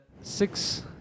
Six